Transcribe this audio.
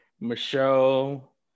Michelle